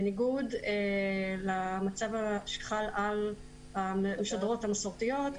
בניגוד למצב שחל על המשדרות המסורתיות,